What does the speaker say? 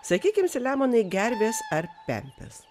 sakykim selemonai gervės ar pempės